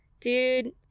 dude